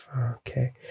okay